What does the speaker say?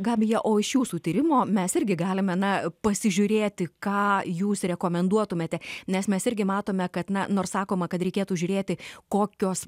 gabija o iš jūsų tyrimo mes irgi galime na pasižiūrėti ką jūs rekomenduotumėte nes mes irgi matome kad na nors sakoma kad reikėtų žiūrėti kokios